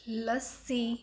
ਲੱਸੀ